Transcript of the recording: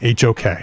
HOK